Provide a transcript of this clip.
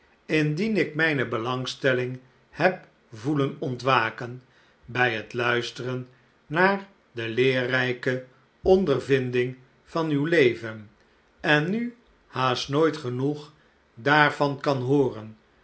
indien ik mijne belangstelling heb voelen ontwaken bij het luisteren naar de leerrijke ondervinding van uw leven en nu haast nooit genoeg daarvan kan hooren